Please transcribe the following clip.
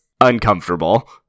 uncomfortable